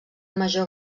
major